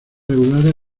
regulares